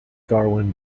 darwin